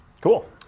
Cool